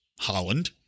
Holland